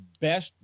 best